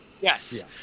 yes